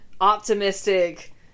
optimistic